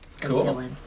Cool